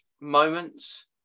moments